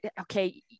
okay